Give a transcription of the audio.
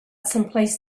someplace